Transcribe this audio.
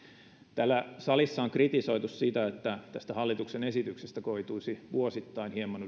täällä salissa on kritisoitu sitä että tästä hallituksen esityksestä koituisi vuosittain hieman